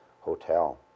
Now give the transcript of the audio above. hotel